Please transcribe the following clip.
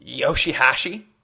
Yoshihashi